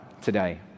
today